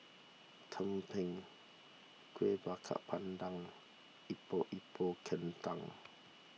Tumpeng Kueh Bakar Pandan Epok Epok Kentang